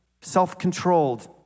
self-controlled